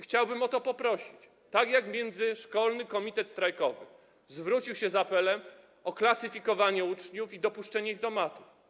Chciałbym ich o to poprosić, tak jak prosił międzyszkolny komitet strajkowy, zwracając się z apelem o klasyfikowanie uczniów i dopuszczenie ich do matur.